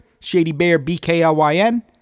ShadyBearBKLYN